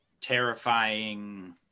terrifying